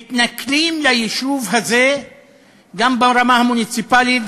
מתנכלים ליישוב הזה גם ברמה המוניציפלית,